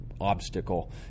obstacle